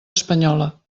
espanyola